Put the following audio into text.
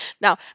Now